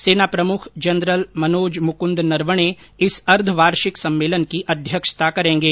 सेना प्रमुख जनरल मनोज मुकुंद नरवणे इस अर्ध वार्षिक सम्मेलन की अध्यक्षता करेंगे